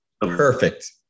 perfect